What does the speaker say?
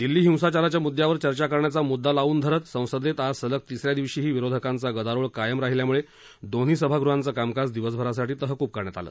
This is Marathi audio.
दिल्ली हिंसाचाराच्या मुद्दावर चर्चा करण्याचा मुद्दा लावून धरत संसदेत आज सलग तिसऱ्या दिवशीही विरोधकांचा गदारोळ कायम राहिल्यामुळे दोन्ही सभागृहांचं कामकाज दिवसभरासाठी तहकूब करण्यात आलं